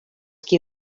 qui